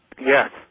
Yes